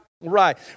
right